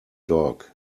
dog